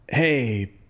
Hey